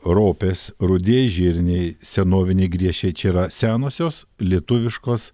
ropės rudieji žirniai senoviniai griežčiai čia yra senosios lietuviškos